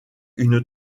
une